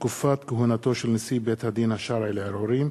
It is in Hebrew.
תקופת כהונתו של נשיא בית-הדין השרעי לערעורים),